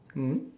mm